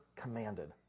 commanded